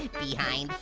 behind!